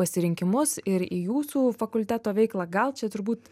pasirinkimus ir į jūsų fakulteto veiklą gal čia turbūt